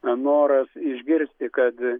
noras išgirsti kad